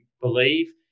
believe